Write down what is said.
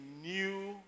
new